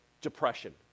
depression